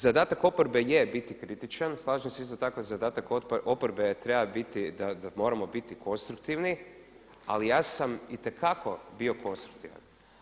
Zadatak oporbe je biti kritičan, slažem se isto tako da zadatak oporbe treba biti da moramo biti konstruktivni ali ja sam itekako bio konstruktivan.